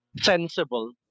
sensible